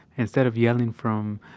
instead of yelling from,